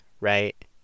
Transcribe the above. right